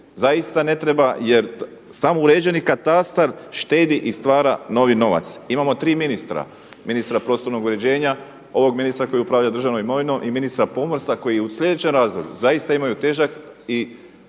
zaista ne treba jer samo uređeni katastar štedi i stvara novi novac. Imamo 3 ministra, ministra prostornog uređenja, ovog ministar koji upravlja državnom imovinom i ministra pomorstva koji u slijedećem razdoblju zaista imaju težak i